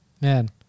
Man